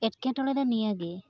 ᱮᱴᱠᱮᱴᱚᱲᱮ ᱫᱚ ᱱᱤᱭᱟᱹ ᱜᱮ